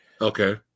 Okay